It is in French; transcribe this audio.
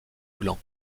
gland